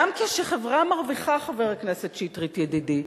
גם כשחברה מרוויחה, חבר הכנסת שטרית, ידידי,